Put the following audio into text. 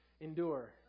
endure